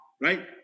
Right